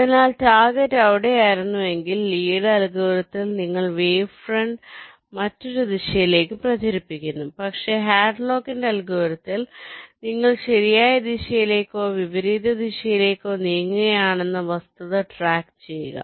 അതിനാൽ ടാർഗെറ്റ് അവിടെയായിരുന്നുവെങ്കിൽ ലീയുടെ അൽഗോരിതത്തിൽLee's algorithm നിങ്ങൾ വേവ് ഫ്രണ്ട് മറ്റൊരു ദിശയിലേക്ക് പ്രചരിപ്പിക്കുന്നു പക്ഷേ ഹാഡ്ലോക്കിന്റെ അൽഗോരിതത്തിൽHadlock's algorithm നിങ്ങൾ ശരിയായ ദിശയിലേക്കോ വിപരീതദിശയിലേക്കോ നീങ്ങുകയാണെന്ന വസ്തുത ട്രാക്ക് ചെയ്യുക